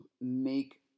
make